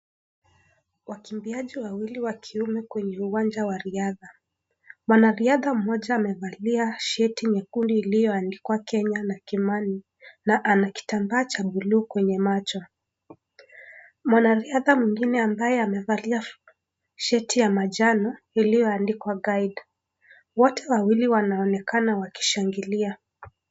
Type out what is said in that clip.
Wakimbiaji wawili wa kiume kwenye uwanja wa riadha. Mwanariadha mmoja amevalia sheti nyekundu iliyoandikwa Kenya na Kimani na ana kitambaa cha buluu kwenye macho. Mwanariadha mwingine ambaye amevalia sheti ya manjano iliyoandikwa guide . Wote wawili wanaonekana wakishangilia.